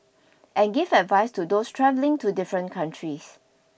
and give advice to those travelling to different countries